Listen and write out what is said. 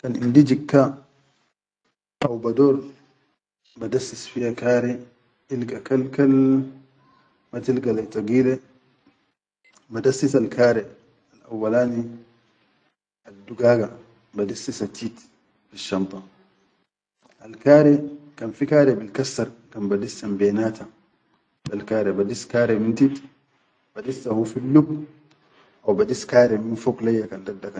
Kan indi jikka haw bador badassis fiya kare ilga kal-kal ma tilga lai tagile, badassisal kare al awwalani, addugaga badassisa tit fisshan da, al kare kan fi kare bil kassar kan badissambe nata bel kare badis kare min tit badissa hu filluba haw badis kare min fog leyya.